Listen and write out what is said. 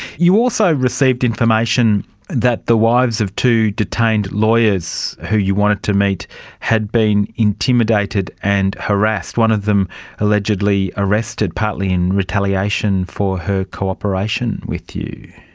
you also received information that the wives of two detained lawyers who you wanted to meet had been intimidated and harassed, one of them allegedly arrested, partly in retaliation for her cooperation with you.